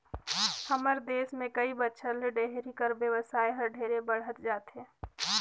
हमर देस में कई बच्छर ले डेयरी कर बेवसाय हर ढेरे बढ़हत जाथे